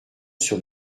sur